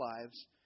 lives